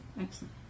Excellent